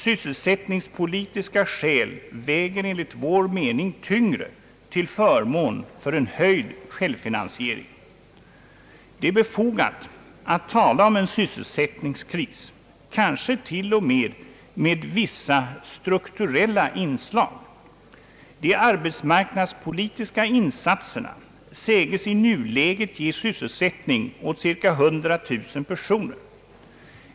Sysselsättningspolitiska skäl väger enligt vår mening tyngre till förmån för en höjd självfinansiering. Det är befogat att tala om en sysselsättningskris, kanske t.o.m. med vissa strukturella inslag. De arbetsmarknadspolitiska insatserna säges i nuläget ge sysselsättning åt cirka 100 000 personer.